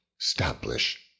establish